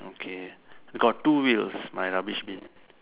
okay we got two wheels my rubbish bin